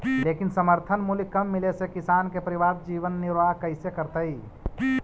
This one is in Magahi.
लेकिन समर्थन मूल्य कम मिले से किसान के परिवार जीवन निर्वाह कइसे करतइ?